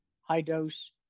high-dose